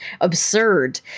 absurd